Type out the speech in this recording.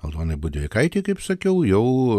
aldonai budreikaitei kaip sakiau jau